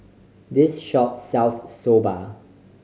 this shop sells Soba